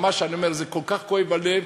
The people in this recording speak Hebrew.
ממש, אני אומר, זה כל כך כואב בלב.